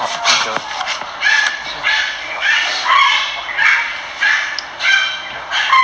he's been with you since the beginning of time man how can you not err 记得他